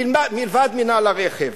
מלבד מינהל הרכב,